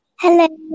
Hello